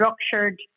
structured